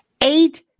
Eight